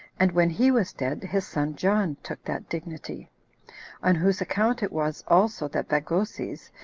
and when he was dead, his son john took that dignity on whose account it was also that bagoses,